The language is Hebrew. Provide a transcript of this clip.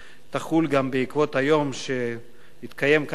שתחול גם בעקבות היום שהתקיים כאן בכנסת,